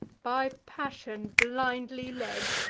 by passion blindly led,